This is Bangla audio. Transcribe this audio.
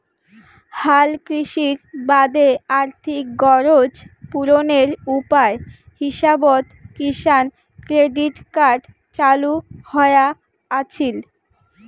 হালকৃষির বাদে আর্থিক গরোজ পূরণের উপায় হিসাবত কিষাণ ক্রেডিট কার্ড চালু হয়া আছিল